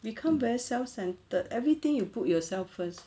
become very self centred everything you put yourself first